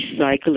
recycle